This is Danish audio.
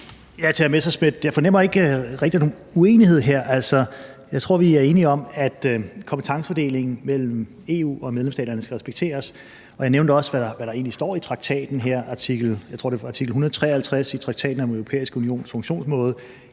fornemmer nogen uenighed her. Jeg tror, vi er enige om, at kompetencefordelingen mellem EU og medlemsstaterne skal respekteres, og jeg nævnte også, hvad der egentlig står i traktaten, og jeg tror, det er fra artikel 153 i traktaten om Den Europæiske Unions funktionsmåde,